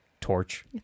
torch